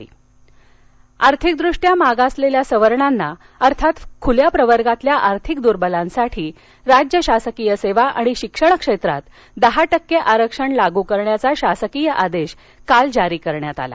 आरक्षण आर्थिकदृष्ट्या मागासलेल्या सवर्णांना अर्थांत खुल्या प्रवर्गांतील आर्थिक दूर्वलांसाठी राज्य शासकीय सेवा आणि शिक्षण क्षेत्रात दहा टक्के आरक्षण लागू करण्याचा शासकीय आदेश काल जारी करण्यात आला